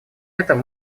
этом